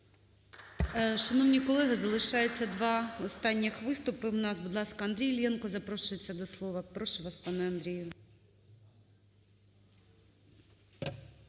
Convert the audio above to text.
Шановні колеги, залишається два останніх виступи в нас. Будь ласка, Андрій Іллєнко запрошується до слова. Прошу вас, пане Андрію.